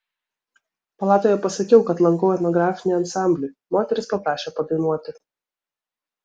palatoje pasakiau kad lankau etnografinį ansamblį moterys paprašė padainuoti